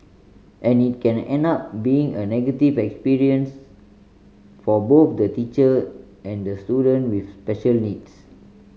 and it can end up being a negative experience for both the teacher and the student with special needs